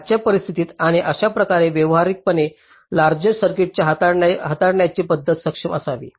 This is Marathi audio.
आजच्या परिस्थितीत आणि अशाच प्रकारे व्यावहारिकपणे लार्जर सर्किट्स हाताळण्याची पद्धत सक्षम असावी